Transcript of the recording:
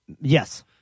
Yes